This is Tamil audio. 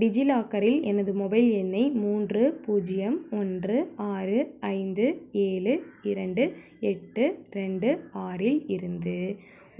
டிஜிலாக்கரில் எனது மொபைல் எண்ணை மூன்று பூஜ்யம் ஒன்று ஆறு ஐந்து ஏழு இரண்டு எட்டு ரெண்டு ஆறில் இருந்து